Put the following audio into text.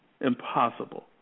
impossible